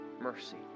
mercy